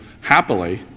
happily